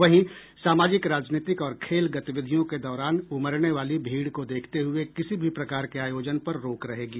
वहीं सामाजिक राजनीतिक और खेल गतिविधियों के दौरान उमड़ने वाली भीड़ को देखते हुये किसी भी प्रकार के आयोजन पर रोक रहेगी